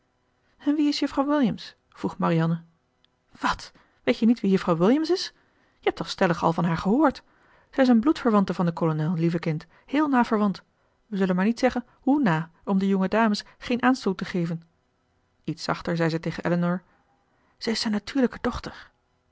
en wie is juffrouw williams vroeg marianne wat weet je niet wie juffrouw williams is je hebt toch stellig al van haar gehoord zij is een bloedverwante van den kolonel lieve kind heel na verwant we zullen maar niet zeggen hoe na om den jongen dames geen aanstoot te geven iets zachter zei ze tegen elinor ze is zijn natuurlijke